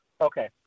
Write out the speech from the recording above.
okay